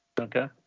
Okay